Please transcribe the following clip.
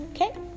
okay